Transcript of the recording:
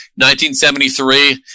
1973